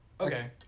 Okay